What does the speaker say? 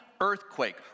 earthquake